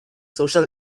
social